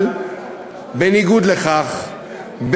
אבל בניגוד לכך,